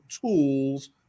tools